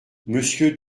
monsieur